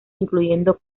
incluyendo